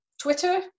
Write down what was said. Twitter